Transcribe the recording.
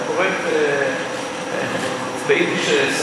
אתה קורא ספרות ביידיש,